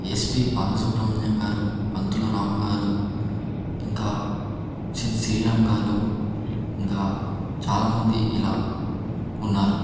yes P Balasubrahmanyam గారు పంతుల రాము గారు ఇంకా సిద్ శ్రీరామ్ గారు ఇంకా చాలా మంది ఇలా ఉన్నారు